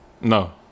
No